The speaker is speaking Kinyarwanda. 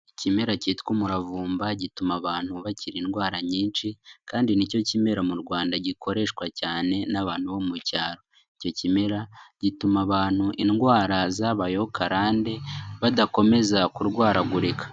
Ikimera cyitwa umuravumba gituma abantu bakira indwara nyinshi kandi nicyo kimera mu Rwanda gikoreshwa cyane n'abantu bo mu cyaro, icyo kimera gituma abantu indwara z'abayeho karande badakomeza kurwaragurika.